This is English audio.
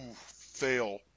fail